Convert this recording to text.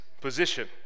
position